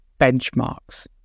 benchmarks